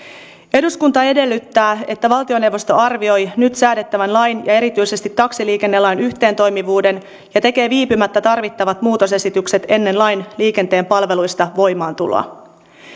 eduskunta edellyttää että valtioneuvosto arvioi nyt säädettävän lain ja erityisesti taksiliikennelain yhteentoimivuuden ja tekee viipymättä tarvittavat muutosesitykset ennen lain liikenteen palveluista voimaantuloa